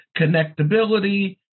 connectability